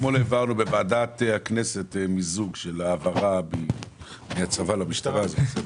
אתמול העברנו בוועדת הכנסת מיזוג של העברה מהצבא למשטרה.